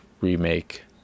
remake